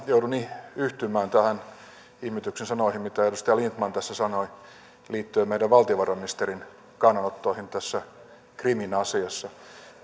joudun yhtymään näihin ihmetyksen sanoihin mitä edustaja lindtman tässä sanoi liittyen meidän valtiovarainministerimme kannanottoihin tässä krimin asiassa